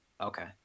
Okay